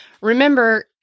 remember